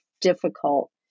difficult